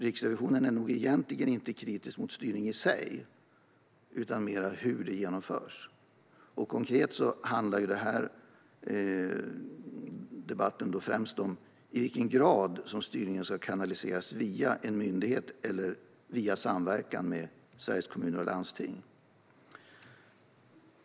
Riksrevisionen är nog egentligen inte kritisk mot styrning i sig utan mer mot hur den genomförs. Konkret handlar den här debatten främst om i vilken grad styrningen ska kanaliseras via en myndighet eller via samverkan med Sveriges Kommuner och Landsting.